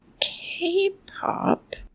K-pop